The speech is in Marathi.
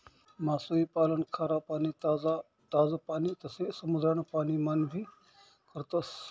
मासोई पालन खारा पाणी, ताज पाणी तसे समुद्रान पाणी मान भी करतस